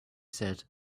said